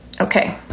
Okay